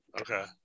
Okay